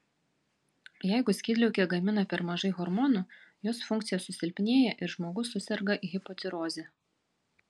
jeigu skydliaukė gamina per mažai hormonų jos funkcija susilpnėja ir žmogus suserga hipotiroze